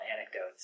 anecdotes